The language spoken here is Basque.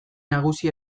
nagusi